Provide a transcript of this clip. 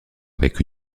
avec